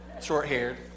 short-haired